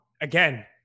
again